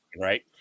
right